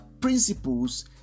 principles